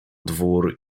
dwór